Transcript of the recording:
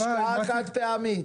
השקעה חד פעמית.